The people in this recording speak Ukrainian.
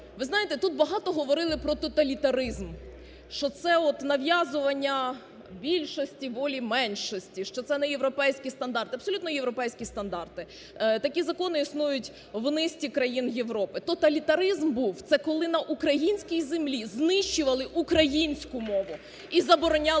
Ви знаєте, тут багато говорили про тоталітаризм, що це от нав'язування більшості волі меншості, що це не європейські стандарти. Абсолютно європейські стандарти. Такі закони існують в низці країн Європи. Тоталітаризм був, це коли на українській землі знищували українську мову і забороняли нею